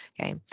Okay